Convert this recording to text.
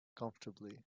comfortably